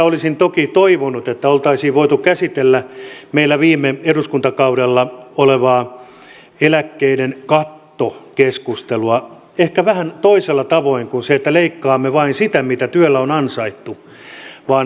olisin toki toivonut että tässä uudistuksessa oltaisiin voitu käsitellä meillä viime eduskuntakaudella ollutta eläkkeiden katto keskustelua ehkä vähän toisella tavoin kuin että leikkaamme vain sitä mitä työllä on ansaittu